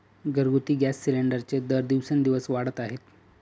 घरगुती गॅस सिलिंडरचे दर दिवसेंदिवस वाढत आहेत